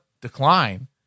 decline